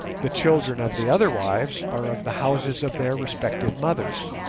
the children of the other wives are of the houses of their respective mothers.